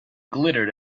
glittered